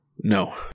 No